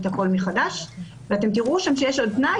הכול מחדש ואתם תראו שם שיש עוד תנאי,